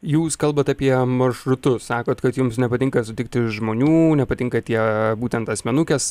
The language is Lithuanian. jūs kalbat apie maršrutus sakot kad jums nepatinka sutikti žmonių nepatinka tie būtent asmenukės